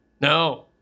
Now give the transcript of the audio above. no